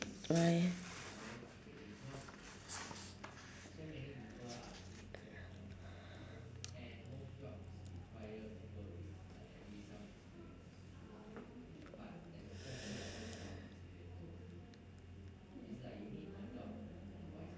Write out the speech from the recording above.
why